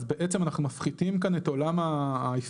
אז בעצם אנחנו מפחיתים כאן את עולם האיסורים